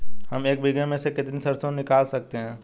हम एक बीघे में से कितनी सरसों निकाल सकते हैं?